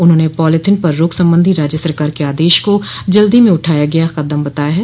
उन्होंने पॉलीथिन पर रोक संबंधी राज्य सरकार के आदेश को जल्दी में उठाया गया कदम बताया है